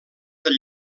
del